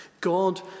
God